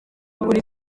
kuri